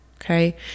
Okay